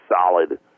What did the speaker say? solid